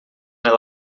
ela